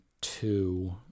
two